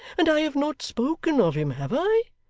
and i have not spoken of him, have i